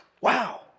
Wow